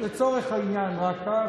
לצורך העניין רק כך,